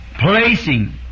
Placing